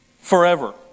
forever